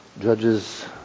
Judges